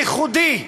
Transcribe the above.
הייחודי,